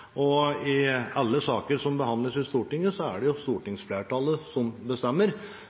sak. I alle saker som behandles i Stortinget, er det stortingsflertallet som bestemmer,